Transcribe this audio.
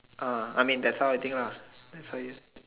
ah I mean that's how I think lah that's how you